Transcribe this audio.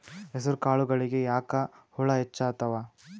ಹೆಸರ ಕಾಳುಗಳಿಗಿ ಯಾಕ ಹುಳ ಹೆಚ್ಚಾತವ?